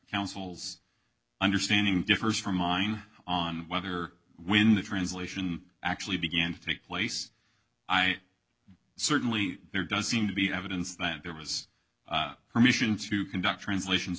counsel's understanding differs from mine on whether when the translation actually began to take place i certainly there does seem to be evidence that there was permission to conduct translations